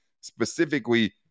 specifically